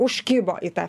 užkibo į tą